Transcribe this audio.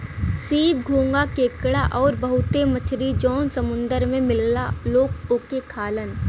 सीप, घोंघा केकड़ा आउर बहुते मछरी जौन समुंदर में मिलला लोग ओके खालन